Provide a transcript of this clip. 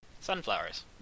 Sunflowers